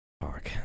Fuck